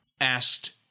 asked